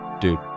Dude